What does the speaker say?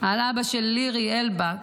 על אבא של לירי אלבג,